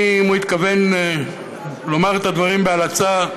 אם הוא התכוון לומר את הדברים בהלצה,